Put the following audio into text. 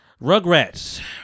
Rugrats